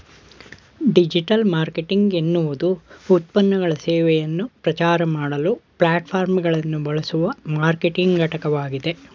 digital marketing ಎನ್ನುವುದುಉತ್ಪನ್ನಗಳು ಸೇವೆಯನ್ನು ಪ್ರಚಾರಮಾಡಲು ಪ್ಲಾಟ್ಫಾರ್ಮ್ಗಳನ್ನುಬಳಸುವಮಾರ್ಕೆಟಿಂಗ್ಘಟಕವಾಗಿದೆ